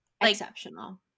exceptional